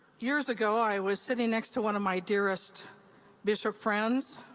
years ago, i was sitting next to one of my dearest bishop friends,